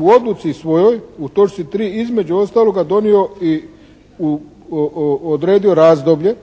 u odluci svojoj u točci 3. između ostaloga donio i odredio razdoblje